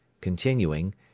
Continuing